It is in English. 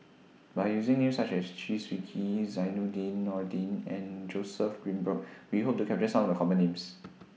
By using Names such as Chew Swee Kee Zainudin Nordin and Joseph Grimberg We Hope to capture Some of The Common Names